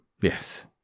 Yes